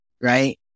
Right